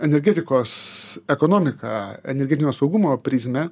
energetikos ekonomiką energetinio saugumo prizmę